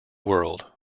world